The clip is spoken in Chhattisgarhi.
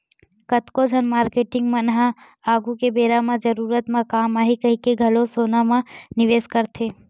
कतको झन मारकेटिंग मन ह आघु के बेरा म जरूरत म काम आही कहिके घलो सोना म निवेस करथे